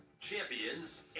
champions